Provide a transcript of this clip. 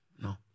No